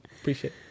Appreciate